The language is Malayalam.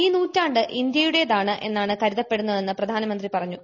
ഈ നൂറ്റാണ്ട് ഇന്ത്യയുടേതാണ് എന്നാണ് കരുതപ്പെടുന്നതെന്ന് പ്രധാനമന്ത്രി പറഞ്ഞു